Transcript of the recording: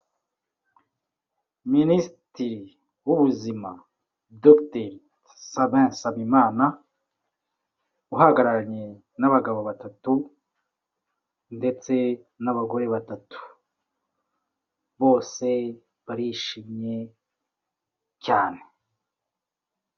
Minisitiri w'ubuzima Dr. Sabin NSANZIMANA uhagararanye n'abagabo batatu ndetse n'abagore batatu bose barishimye cyane.